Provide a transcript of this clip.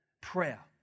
prayer